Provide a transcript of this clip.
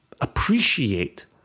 appreciate